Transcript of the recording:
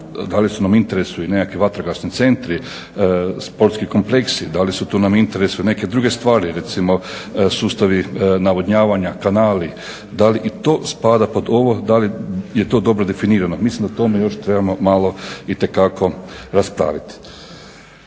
da li su nam u interesu i nekakvi vatrogasni centri, sportski kompleksi, da li su tu u interesu nam neke druge stvari, recimo sustavi navodnjavanja, kanali, da li i to spada pod ovo, da li je to dobro definirano? Mislim da o tome još trebamo malo itekako raspraviti.